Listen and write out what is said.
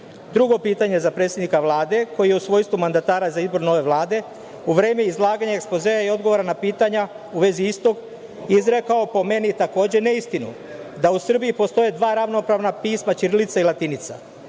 pitanje za predsednika Vlade koji je u svojstvu mandatara za izbor nove Vlade u vreme izlaganja ekspozea i odgovora na pitanja u vezi istog izrekao, po meni, takođe, neistinu, da u Srbiji postoje dva ravnopravna pisma ćirilica i latinica.